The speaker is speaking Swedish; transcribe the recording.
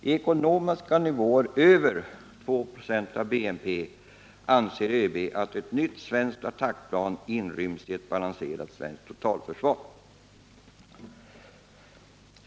I ekonomiska nivåer högre än 296 av BNP anser ÖB att ett nytt svenskt attackflygplan inryms i ett balanserat svenskt totalförsvar.